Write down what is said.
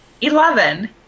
Eleven